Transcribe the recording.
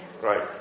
Right